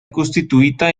costituita